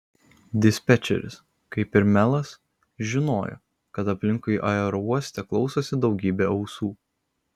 dispečeris kaip ir melas žinojo kad aplinkui aerouoste klausosi daugybė ausų